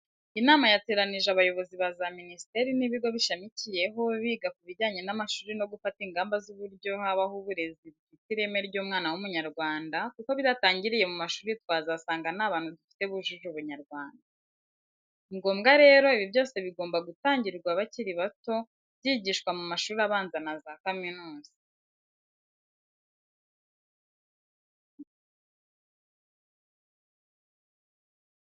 Inama yateranije abayobozi ba za minisiteri n'ibigo bishamikiyeho biga kubijyanye n'amashuri no gufata ingamba z'uburyo habaho uburezi bufite ireme ry'umwana w'Umunyarwanda kuko bidatangiriye mu mashuri twazasanga nta bantu dufite bujuje Ubunyarwanda. Ningombwa rero, ibi byose bigomba gutangirwa bakiri bato byigishwa mu mashuri abanza na za kaminuza.